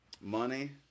Money